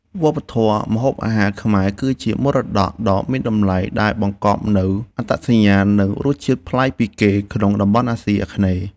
វប្បធម៌ម្ហូបអាហារខ្មែរគឺជាមរតកដ៏មានតម្លៃដែលបង្កប់នូវអត្តសញ្ញាណនិងរសជាតិប្លែកពីគេក្នុងតំបន់អាស៊ីអាគ្នេយ៍។